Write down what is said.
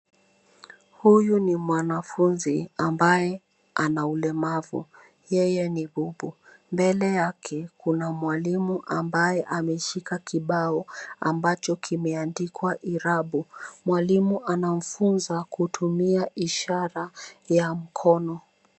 Huyu ni mwanafunzi, ambaye anaulemavu. Yeye ni bubu. Mbele yake, kuna mwalimu ambaye ameshika kibao, ambacho kimeandikwa irabu. Mwalimu anamfunza kutumia ishara ya mkono.